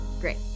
Great